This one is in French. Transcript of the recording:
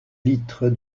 litre